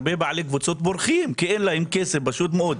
הרבה בעלי קבוצות בוחרים כי אין להם כסף פשוט מאוד.